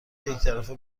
یکطرفه